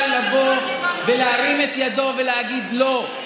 מי מסוגל לבוא ולהרים את ידו ולהגיד לא.